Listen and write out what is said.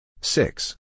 Six